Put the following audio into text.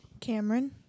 cameron